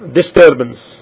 disturbance